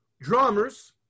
drummers